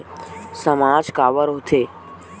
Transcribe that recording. सामाज काबर हो थे?